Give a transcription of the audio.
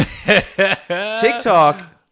TikTok